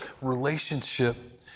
relationship